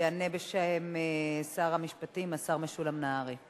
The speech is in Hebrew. יענה בשם שר המשפטים השר משולם נהרי.